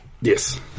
Yes